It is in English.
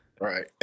Right